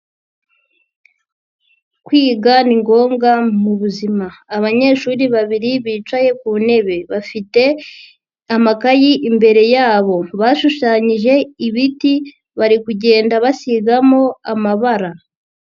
Kwiga ni ngombwa mu buzima. Abanyeshuri babiri bicaye ku ntebe. Bafite amakayi imbere yabo. Bashushanyije ibiti, bari kugenda basigamo amabara.